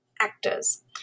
actors